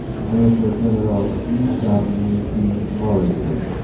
major-general e. w. b. morrison,